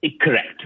Correct